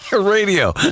Radio